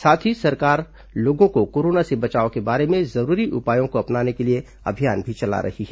साथ ही सरकार लोगों को कोरोना से बचाव के बारे में जरूरी उपायों को अपनाने के लिए अभियान भी चला रही है